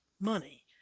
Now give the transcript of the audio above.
money